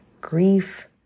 grief